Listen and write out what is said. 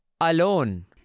Alone